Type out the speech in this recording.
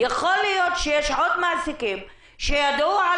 יכול להיות שיש עוד מעסיקים שידעו על